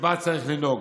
שבה צריך לנהוג.